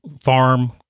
farm